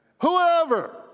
Whoever